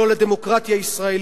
לא לדמוקרטיה הישראלית,